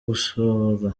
gusora